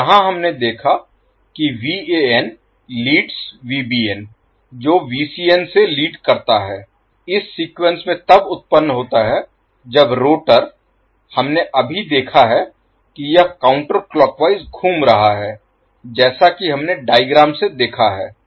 तो यहां हमने देखा कि लीडस् जो से लीड करता है इस सीक्वेंस में तब उत्पन्न होता है जब रोटर हमने अभी देखा है कि यह काउंटर क्लॉक वाइज घूम रहा है जैसा कि हमने डायग्राम से देखा है